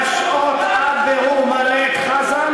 (חבר הכנסת אורן אסף חזן